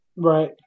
Right